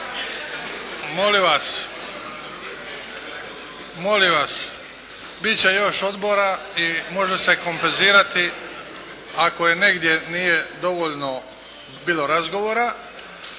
Molim vas, bit će još odbora i može se kompenzirati ako negdje nije dovoljno bilo razgovora